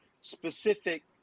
specific